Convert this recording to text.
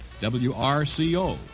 WRCO